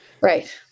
right